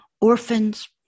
orphans